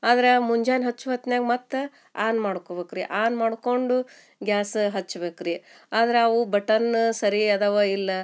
ಆದ್ರೆ ಮುಂಜಾನೆ ಹಚ್ಚುವ ಹೊತ್ನ್ಯಾಗ ಮತ್ತೆ ಆನ್ ಮಾಡ್ಕೊಬೇಕ್ ರೀ ಆನ್ ಮಾಡಿಕೊಂಡು ಗ್ಯಾಸ ಹಚ್ಬೇಕು ರೀ ಆದ್ರೆ ಅವು ಬಟನ್ನ ಸರಿ ಅದಾವಾ ಇಲ್ಲ